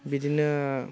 बिदिनो